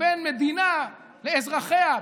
שבין מדינה לאזרחיה,